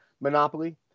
Monopoly